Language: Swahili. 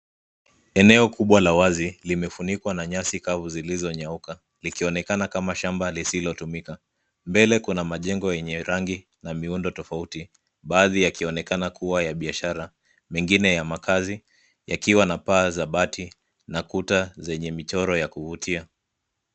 Eneo kubwa la wazi limefunikwa na nyasi kavu zilizonyauka. Likionekana kama shamba lisilotumika. Mbele kuna majengo yenye rangi na miundo tofauti. Baadhi ya yakionekana kuwa ya biashara ,mengine ya makazi yakiwa na paa za bati na kuta zenye michoro ya kuvutia.